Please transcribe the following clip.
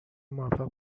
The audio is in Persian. موفق